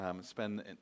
spend